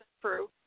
true